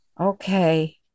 Okay